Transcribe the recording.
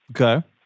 Okay